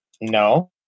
No